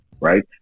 Right